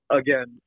again